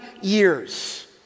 years